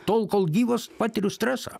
tol kol gyvas patiriu stresą